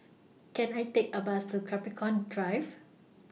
Can I Take A Bus to Capricorn Drive